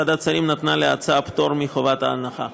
ועדת שרים נתנה להצעה פטור מחובת ההנחה.